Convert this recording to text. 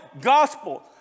gospel